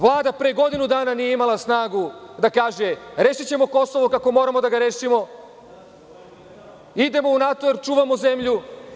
Vlada pre godinu dana nije imala snagu da kaže – rešićemo Kosovo kako moramo da ga rešimo, idemo u NATO jer čuvamo zemlju.